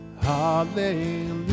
hallelujah